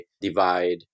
divide